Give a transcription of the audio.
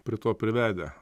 prie to privedę